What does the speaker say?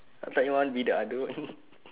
I thought you want be the other one